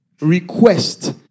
request